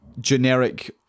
generic